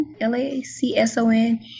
L-A-C-S-O-N